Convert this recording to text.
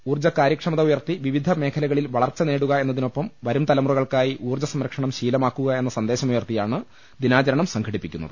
ഊർജ്ജ കാര്യക്ഷമത ഉയർത്തി വിവിധ മേഖലകളിൽ വളർച്ച നേടുക എന്നതിനൊപ്പം വരുംത ലമുറകൾക്കായി ഊർജ്ജ സംരക്ഷണം ശീലമാക്കുക എന്ന സന്ദേശമു യർത്തിയാണ് ദിനാചരണം സംഘടിപ്പിക്കുന്നത്